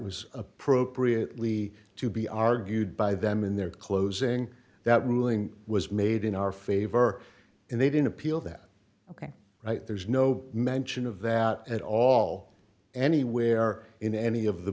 was appropriately to be argued by them in their closing that ruling was made in our favor and they didn't appeal that ok right there's no mention of that at all anywhere in any of the